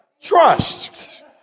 Trust